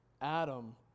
Adam